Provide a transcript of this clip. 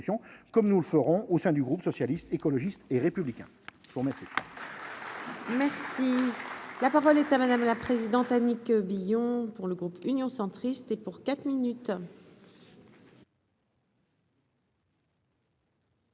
comme nous le ferons au sein du groupe socialiste, écologiste et républicain. Merci, la parole est à madame la présidente Annie. Que Billon pour le groupe Union centriste et pour quatre minutes.